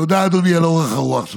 תודה, אדוני, על אורך הרוח שלך.